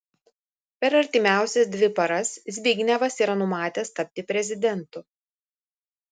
per artimiausias dvi paras zbignevas yra numatęs tapti prezidentu